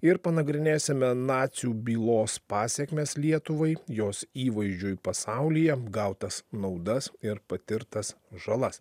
ir panagrinėsime nacių bylos pasekmes lietuvai jos įvaizdžiui pasaulyje gautas naudas ir patirtas žalas